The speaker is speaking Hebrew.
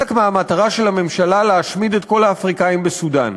מהמטרה של הממשלה להשמיד את כל האפריקנים בסודאן.